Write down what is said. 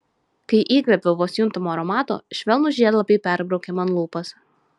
kai įkvėpiau vos juntamo aromato švelnūs žiedlapiai perbraukė man lūpas